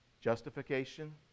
Justification